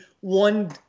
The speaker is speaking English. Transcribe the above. one